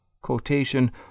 quotation